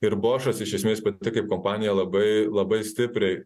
ir bošas iš esmės pati kaip kompanija labai labai stipriai